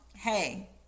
Hey